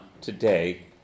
today